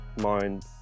mind